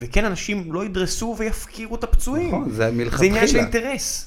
וכן, אנשים לא ידרסו ויפקירו את הפצועים, זה עניין של אינטרס.